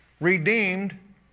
Redeemed